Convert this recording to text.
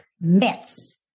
myths